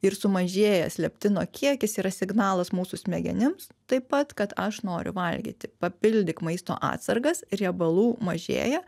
ir sumažėjęs leptino kiekis yra signalas mūsų smegenims taip pat kad aš noriu valgyti papildyk maisto atsargas riebalų mažėja